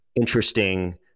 interesting